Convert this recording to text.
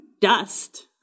dust